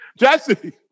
Jesse